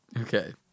Okay